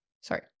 sorry